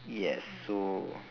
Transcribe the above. yes so